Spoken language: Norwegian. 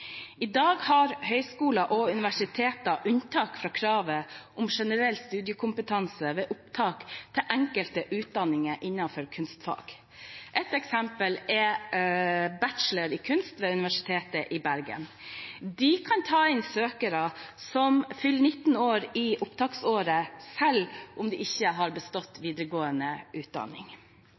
I dag har høyskoler og universiteter unntak fra kravet om generell studiekompetanse ved opptak til enkelte utdanninger innenfor kunstfag. Ett eksempel er bachelorprogrammet i kunst ved Universitetet i Bergen. De kan ta inn søkere som fyller 19 år i opptaksåret, selv om de ikke har bestått videregående utdanning.